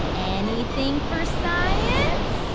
anything for science?